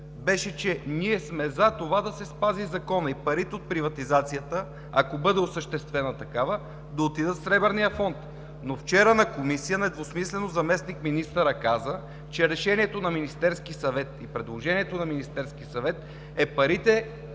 беше, че сме за да се спази законът и парите от приватизацията, ако бъде осъществена такава, да отидат в Сребърния фонд! Но вчера на комисия недвусмислено заместник-министърът каза, че решението на Министерския съвет и предложението на Министерския съвет е парите